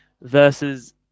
versus